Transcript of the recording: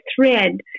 thread